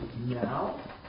now